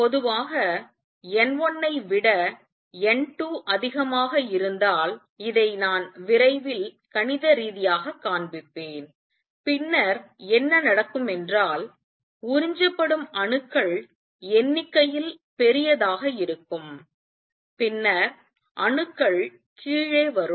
பொதுவாக N1 ஐ விட N2 அதிகமாக இருந்தால் இதை நான் விரைவில் கணித ரீதியாகக் காண்பிப்பேன் பின்னர் என்ன நடக்கும் என்றால் உறிஞ்சப்படும் அணுக்கள் எண்ணிக்கையில் பெரியதாக இருக்கும் பின்னர் அணுக்கள் கீழே வரும்